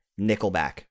Nickelback